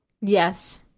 Yes